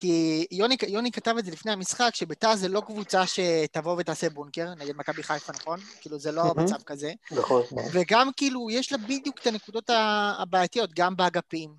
כי יוני כתב את זה לפני המשחק, שביתר זה לא קבוצה שתבוא ותעשה בונקר, נגיד מכבי חיפה נכון? כאילו זה לא המצב כזה. נכון. וגם כאילו, יש לה בדיוק את הנקודות הבעייתיות, גם באגפים.